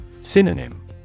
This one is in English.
Synonym